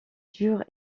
dure